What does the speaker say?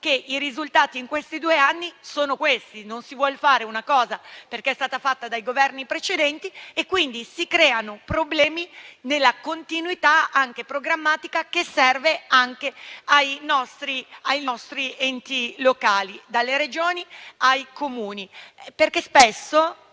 che i risultati in questi due anni sono questi. Non si vuol attuare una misura perché fatta dai Governi precedenti e quindi si creano problemi nella continuità, anche programmatica, che serve ai nostri enti locali, dalle Regioni ai Comuni. Spesso,